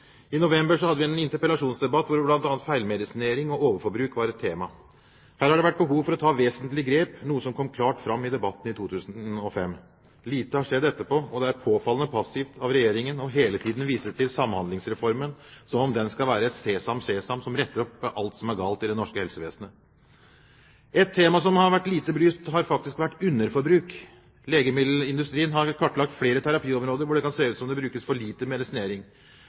I november hadde vi en interpellasjonsdebatt hvor bl.a. feilmedisinering og overforbruk var et tema. Her har det vært behov for å ta vesentlige grep, noe som kom klart fram i debatten i 2005. Lite har skjedd etterpå, og det er påfallende passivt av Regjeringen hele tiden å vise til Samhandlingsreformen, som om den skal være et sesam sesam som retter opp alt som er galt i det norske helsevesenet. Et tema som har vært lite belyst, er underforbruk. Legemiddelindustrien har kartlagt flere terapiområder hvor det kan se ut som om det brukes for lite medisinering.